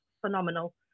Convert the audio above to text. phenomenal